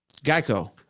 Geico